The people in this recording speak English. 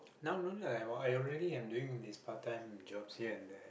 now no about I already in doing this part time job here at there